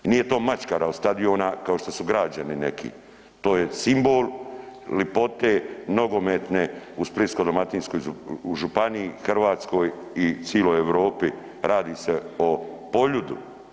Nije to mačkara od stadiona kao što su građeni neki, to je simbol lipote nogometne u Splitsko-dalmatinskoj županiji, Hrvatskoj i ciloj Europi, radi se o Poljudu.